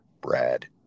Brad